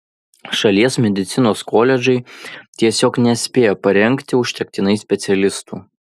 šalies medicinos koledžai tiesiog nespėja parengti užtektinai specialistų